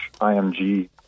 IMG